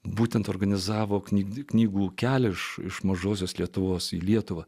būtent organizavo knygų knygų kelias iš mažosios lietuvos į lietuvą